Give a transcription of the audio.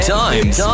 times